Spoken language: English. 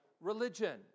religion